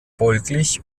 folglich